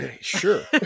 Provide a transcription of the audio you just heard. Sure